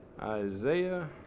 Isaiah